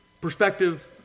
perspective